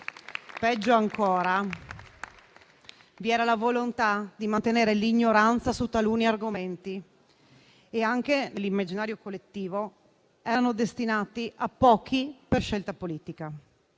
Peggio ancora: vi era la volontà di mantenere l'ignoranza su taluni argomenti che, anche nell'immaginario collettivo, erano destinati a pochi per scelta politica.